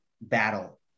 battle